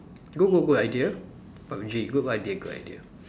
good good good idea PUB-G good idea good idea